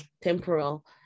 temporal